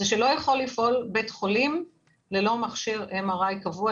זה שלא יכול לפעול בית חולים ללא מכשיר MRI קבוע,